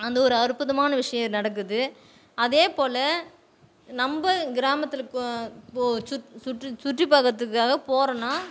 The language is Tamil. அந்த ஒரு அற்புதமான விஷயம் நடக்குது அதேப்போல் நம்ம கிராமத்தில் இப்போது போ சுத் சுற்றி சுற்றிப்பார்க்கறதுக்காக போகிறேன்னா